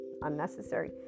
unnecessary